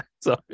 Sorry